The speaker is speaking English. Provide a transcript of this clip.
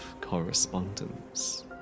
correspondence